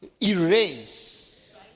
erase